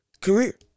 career